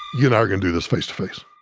you and i are gonna do this face to face